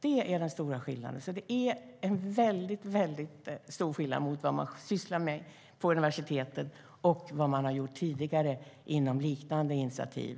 Det är alltså en stor skillnad jämfört med vad man sysslar med på universiteten och vad tidigare regeringar har gjort inom liknande initiativ.